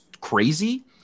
crazy